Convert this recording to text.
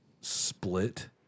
split